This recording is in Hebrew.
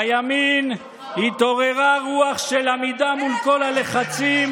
בימין התעוררה רוח של עמידה מול כל הלחצים,